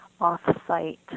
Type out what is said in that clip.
off-site